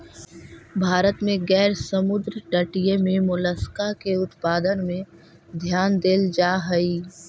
भारत में गैर समुद्र तटीय क्षेत्र में मोलस्का के उत्पादन में ध्यान देल जा हई